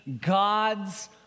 God's